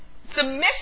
Submission